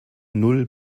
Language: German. null